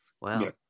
Wow